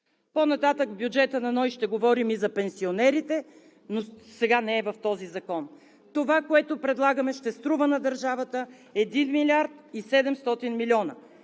По-нататък в бюджета на НОИ ще говорим и за пенсионерите, но сега не е в този закон. Това, което предлагаме, ще струва на държавата 1 млрд. 700 млн.